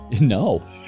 No